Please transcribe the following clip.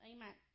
Amen